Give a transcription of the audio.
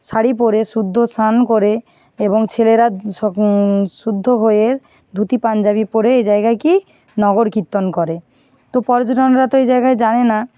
শাড়ি পরে শুদ্ধ স্নান করে এবং ছেলেরা সব শুদ্ধ হয়ে ধুতি পাঞ্জাবি পরে এ জায়গায় গিয়ে নগরকীর্তন করে তো পৰ্যটনরা তো এই জায়গায় জানে না